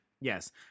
Yes